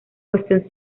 cuestión